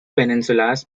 peninsulas